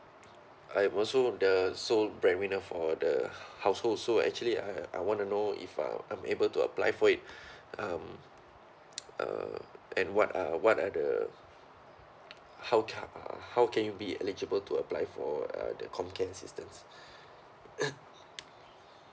I'm also the sole breadwinner for the household so actually I I want to know if uh I'm able to apply for it um uh and what are what are the how can uh how can you be eligible to apply for uh the com care assistance